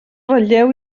ratlleu